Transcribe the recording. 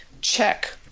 check